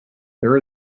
there